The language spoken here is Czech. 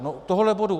No tohohle bodu.